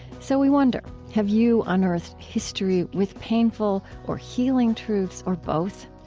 so we wonder have you unearthed history with painful or healing truths, or both?